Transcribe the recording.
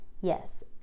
Yes